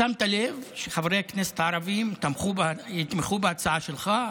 שמת לב שחברי הכנסת הערבים יתמכו בהצעה שלך,